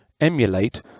emulate